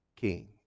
King